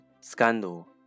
scandal